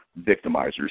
victimizers